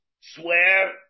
swear